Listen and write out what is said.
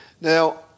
Now